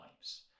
lives